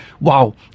wow